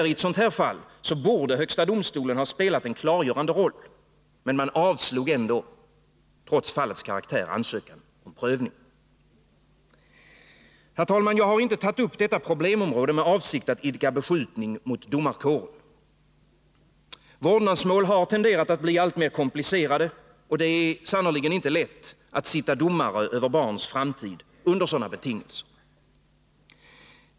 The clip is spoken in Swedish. I ett sådant här fall borde högsta domstolen ha spelat en klargörande roll, men man avslog trots fallets karaktär ansökan om prövning. Herr talman! Jag har inte tagit upp detta problemområde med avsikt att idka beskjutning mot domarkåren. Vårdnadsmål har tenderat att bli alltmer komplicerade, och det är sannerligen inte lätt att sitta domare över barns framtid under sådana betingelser.